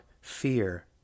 FEAR